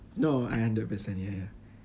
no I hundred percent ya ya